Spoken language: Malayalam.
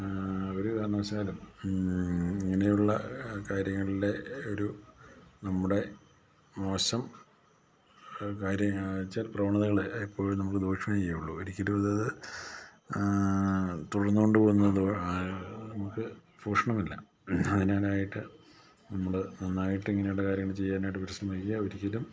ഒരു കാരണവശാലും ഇങ്ങനെയുള്ള കാര്യങ്ങളിൽ ഒരു നമ്മുടെ മോശം കാര്യം എന്നു വെച്ചാൽ പ്രവണതകൾ എപ്പോഴും നമുക്ക് ദോഷമേ ചെയ്യുകയുള്ളൂ ഒരിക്കലും അത് അത് തുടർന്നു കൊണ്ട് പോകുന്നത് നമുക്ക് ഭൂഷണമല്ല അതിനാലായിട്ട് നമ്മൾ നന്നായിട്ട് ഇങ്ങനെയുള്ള കാര്യങ്ങൾ ചെയ്യാനായിട്ട് പരിശ്രമിക്കുക ഒരിക്കലും